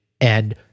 and-